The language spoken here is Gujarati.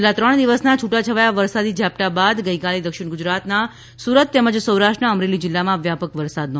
છેલ્લા ત્રણ દિવસના છુટા છવાયા વરસાદી ઝાપટા બાદ ગઈકાલે દક્ષિણ ગુજરાતના સુરત તેમજ સૌરાષ્ટ્રના અમરેલી જિલ્લામાં વ્યાપક વરસાદ નોંધાયો હતો